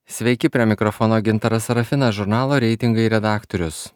sveiki prie mikrofono gintaras sarafinas žurnalo reitingai redaktorius